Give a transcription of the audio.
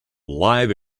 live